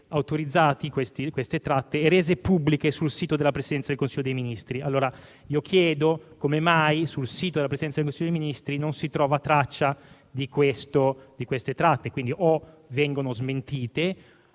autorizzate le tratte e rese pubbliche sul sito della Presidenza del Consiglio dei ministri. Io chiedo allora come mai sul sito della Presidenza del Consiglio dei ministri non si trovi traccia di dette tratte. Quindi, o vengono smentite